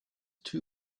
too